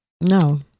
No